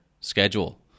schedule